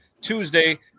Tuesday